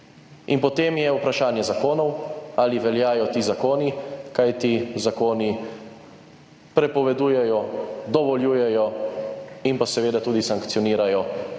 potem je vprašanje zakonov, ali veljajo ti zakoni, kajti zakoni prepovedujejo, dovoljujejo in pa seveda tudi sankcionirajo,